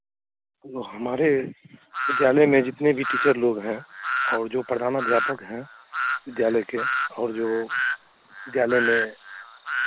वो हमारे विद्यालय में जितने भी टीचर लोग हैं और जो प्रधानाध्यापक हैं विद्यालय के और जो विद्यालय में